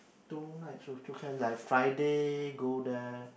two nights also can like Friday go there